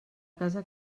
casa